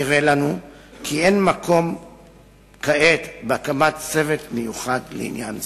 נראה לנו כי אין מקום כעת להקמת צוות מיוחד לעניין זה.